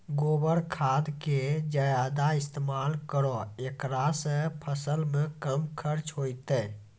गोबर खाद के ज्यादा इस्तेमाल करौ ऐकरा से फसल मे कम खर्च होईतै?